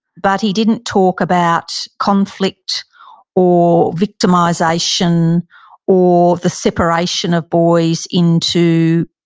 but he didn't talk about conflict or victimization or the separation of boys into,